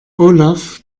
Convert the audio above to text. olaf